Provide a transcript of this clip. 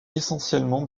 essentiellement